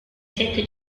set